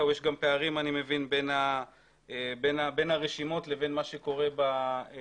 אני מבין שיש גם פערים בין הרשימות לבין מה שקורה בשטח,